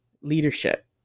leadership